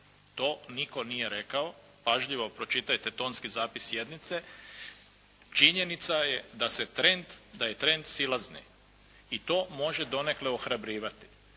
to nitko nije rekao. Pažljivo pročitajte tonski zapis sjednice. Činjenica je da se trend, da je trend silazni i to može donekle ohrabrivati.